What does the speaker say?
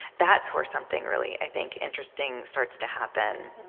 that's where something really, i think, interesting starts to happen.